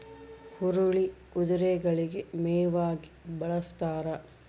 ಹುರುಳಿ ಕುದುರೆಗಳಿಗೆ ಮೇವಾಗಿ ಬಳಸ್ತಾರ